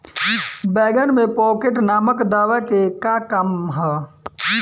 बैंगन में पॉकेट नामक दवा के का काम ह?